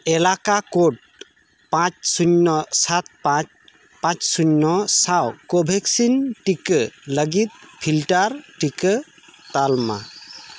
ᱮᱞᱟᱠᱟ ᱠᱳᱰ ᱯᱟᱸᱪ ᱥᱩᱱᱭᱚ ᱥᱟᱛ ᱯᱟᱸᱪ ᱯᱟᱸᱪ ᱥᱩᱱᱭᱚ ᱥᱟᱶ ᱠᱳᱵᱷᱤᱰᱥᱤᱞᱰ ᱴᱤᱠᱟᱹ ᱞᱟᱹᱜᱤᱫ ᱯᱷᱤᱞᱴᱟᱨ ᱴᱤᱠᱟᱹ ᱛᱟᱞᱢᱟ